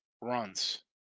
runs